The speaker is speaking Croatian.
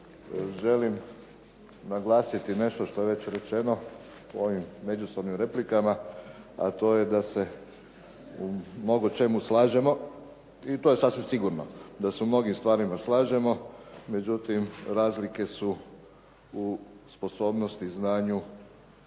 želim naglasiti nešto što je već rečeno u ovim međusobnim replikama, a to je da se u mnogočemu slažemo i to je sasvim sigurno da se u mnogim stvarima slažemo, međutim razlike su u sposobnosti i znanju